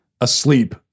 asleep